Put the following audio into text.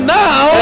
now